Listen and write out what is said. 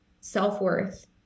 self-worth